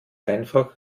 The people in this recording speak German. einfach